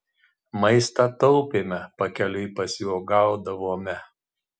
maistą taupėme pakeliui pasiuogaudavome